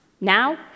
Now